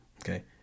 okay